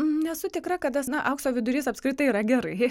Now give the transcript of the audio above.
nesu tikra kad tas na aukso vidurys apskritai yra gerai